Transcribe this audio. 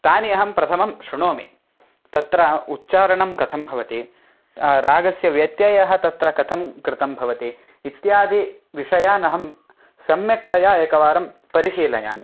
तानि अहं प्रथमं शृणोमि तत्र उच्चारणं कथं भवति रागस्य व्यत्ययः तत्र कथं कृतं भवति इत्यादि विषयान् अहं सम्यक्तया एकवारं परिशीलयामि